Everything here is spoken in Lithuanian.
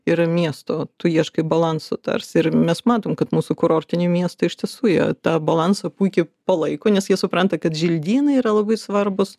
ir miesto tu ieškai balanso tarsi ir mes matom kad mūsų kurortiniai miestai iš tiesų jie tą balansą puikiai palaiko nes jie supranta kad želdynai yra labai svarbūs